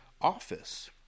office